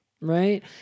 right